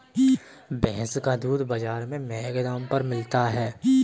भैंस का दूध बाजार में महँगे दाम पर मिलता है